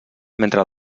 mentre